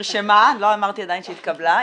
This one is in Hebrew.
לא אמרתי עדיין שהתקבלה,